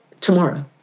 tomorrow